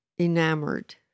enamored